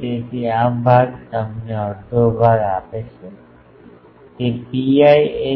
તેથી આ ભાગ તમને અડધો ભાગ આપે છે તે pi a